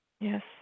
Yes